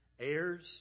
heirs